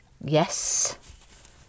yes